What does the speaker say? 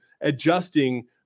adjusting